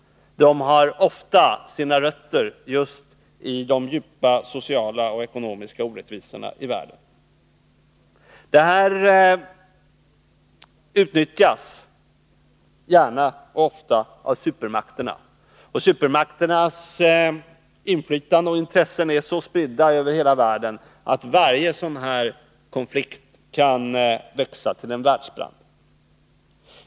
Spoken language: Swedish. De har ofta sina rötter i de djupa sociala och ekonomiska orättvisorna i världen. Detta utnyttjas gärna och ofta av supermakterna. Och supermakternas inflytande och intressen är så spridda över hela världen att varje konflikt av detta slag kan växa till en världsbrand.